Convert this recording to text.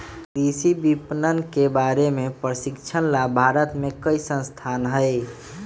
कृषि विपणन के बारे में प्रशिक्षण ला भारत में कई संस्थान हई